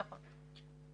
נכון.